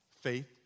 Faith